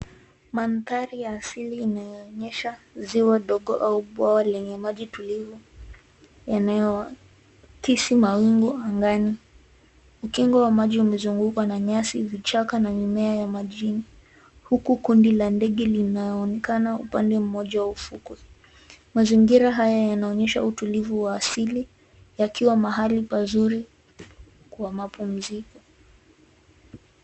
Mandhari asili inayoonyesha ziwa dogo au bwawa lenye maji tulivu yanayoakisi mawingu angani. Ukingo wa maji umezungukwa na nyasi, vichaka na mimea ya maji huku, kundi la ndege linaonekana upande mmoja wa ufukwe. Mazingira haya yanaonyesha utulivu wa asili yakiwa mahali pazuri kwa mapumziko.